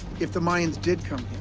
if the mayans did come